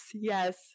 yes